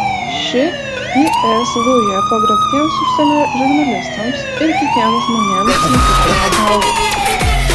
ši is gauja pagrobtiems užsienio žurnalistams ir kitiems žmonėms nukirsdavo galvas